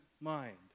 mind